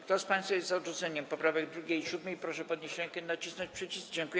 Kto z państwa jest za odrzuceniem poprawek 2. i 7., proszę podnieść rękę i nacisnąć przycisk.